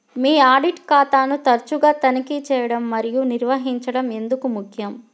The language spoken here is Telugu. మీ ఆడిట్ ఖాతాను తరచుగా తనిఖీ చేయడం మరియు నిర్వహించడం ఎందుకు ముఖ్యం?